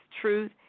truth